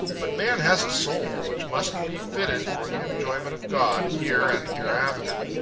but man has a soul, which must be fitted for the enjoyment of god, here and hereafter.